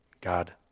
God